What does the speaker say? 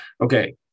Okay